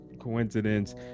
coincidence